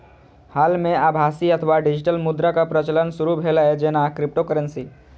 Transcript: हाल मे आभासी अथवा डिजिटल मुद्राक प्रचलन शुरू भेलै, जेना क्रिप्टोकरेंसी